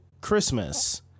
Christmas